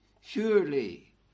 surely